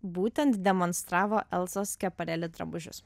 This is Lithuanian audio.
būtent demonstravo elzos skepareli drabužius